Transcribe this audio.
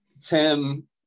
Tim